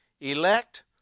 elect